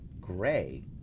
gray